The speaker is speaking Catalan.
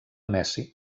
messi